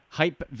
hype